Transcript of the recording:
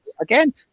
again